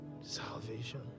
salvation